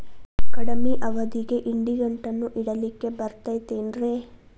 ಕಡಮಿ ಅವಧಿಗೆ ಇಡಿಗಂಟನ್ನು ಇಡಲಿಕ್ಕೆ ಬರತೈತೇನ್ರೇ?